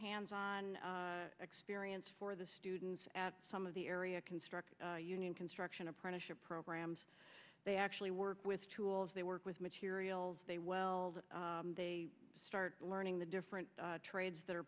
hands on experience for the students at some of the area construct union construction apprenticeship programs they actually work with tools they work with materials they weld they start learning the different trades that are